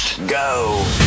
Go